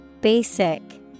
Basic